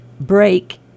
break